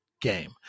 game